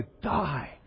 die